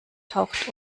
taucht